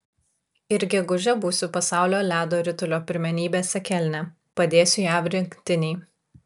ir gegužę būsiu pasaulio ledo ritulio pirmenybėse kelne padėsiu jav rinktinei